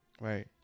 Right